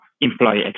employee